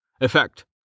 Effect